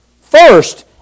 first